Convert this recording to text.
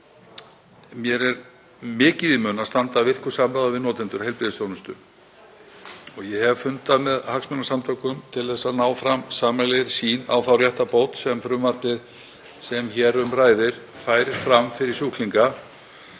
Mér er mikið í mun að standa að virku samráði við notendur heilbrigðisþjónustu. Ég hef fundað með hagsmunasamtökum til að ná fram sameiginlegri sýn á þá réttarbót sem frumvarpið sem hér um ræðir færir fram fyrir sjúklinga.